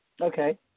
Okay